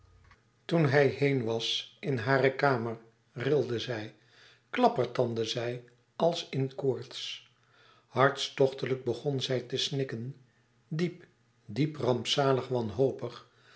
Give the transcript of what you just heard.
toen hij heen was in hare kamer rilde zij klappertande zij als in koorts hartstochtelijk begon zij te snikken diep diep rampzalig wanhopig